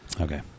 Okay